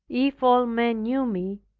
if all men knew me,